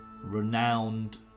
Renowned